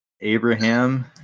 Abraham